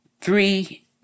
three